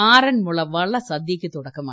ആറന്മുള വള്ളസദ്യയ്ക്ക് തുടക്കമായി